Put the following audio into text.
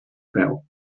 feu